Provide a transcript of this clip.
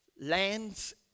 lands